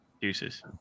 Deuces